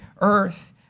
earth